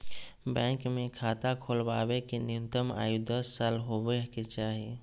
bank मे खाता खोलबावे के न्यूनतम आयु दस साल होबे के चाही